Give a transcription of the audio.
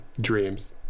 dreams